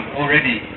already